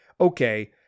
okay